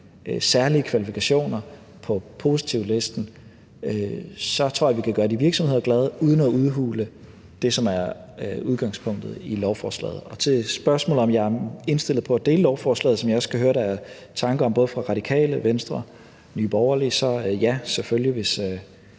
særlige kvalifikationer på positivlisten, tror jeg, vi kan gøre de virksomheder glade, uden at vi udhuler det, som er udgangspunktet i lovforslaget. Til spørgsmålet om, om jeg er indstillet på at dele lovforslaget, som jeg også kan høre der er tanker om fra både Radikale, Venstre og Nye Borgerlige: Ja, selvfølgelig, hvis